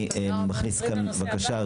אני מכניס כאן בקשה,